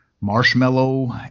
marshmallow